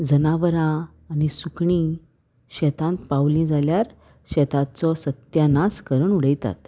जनावरां आनी सुकणीं शेतांत पावलीं जाल्यार शेताचो सत्यानास करून उडयतात